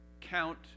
count